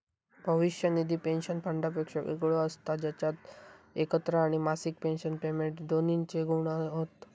भविष्य निधी पेंशन फंडापेक्षा वेगळो असता जेच्यात एकत्र आणि मासिक पेंशन पेमेंट दोन्हिंचे गुण हत